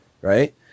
right